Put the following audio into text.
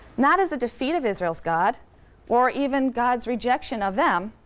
not as a defeat of israel's god or even god's rejection of them,